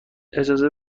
اجازه